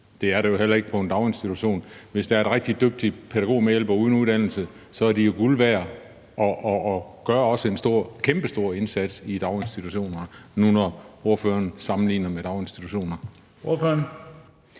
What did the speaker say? Det er det jo heller ikke på en daginstitution. Hvis der er rigtige dygtige pædagogmedhjælpere uden uddannelse, er de jo guld værd, og de gør også en kæmpestor indsats i daginstitutionerne – når nu ordføreren sammenligner med daginstitutioner.